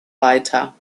weiter